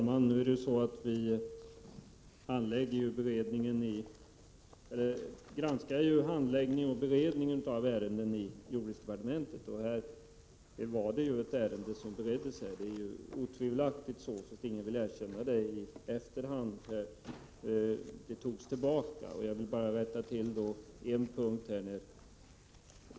Fru talman! Vi granskar handläggningen och beredningen av ärenden i jordbruksdepartementet, och här gäller det ett ärende som beretts. Otvivelaktigt är det så, fastän ingen vill erkänna det i efterhand. Ärendet drogs tillbaka. Jag vill också göra en rättelse.